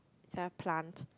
it's like a plant